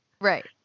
Right